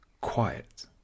quiet